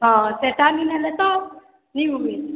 ହଁ ସେଇଟା ମିଳିଲେ ତ ମିଲୁନି